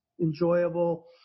enjoyable